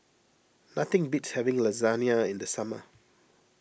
nothing beats having Lasagna in the summer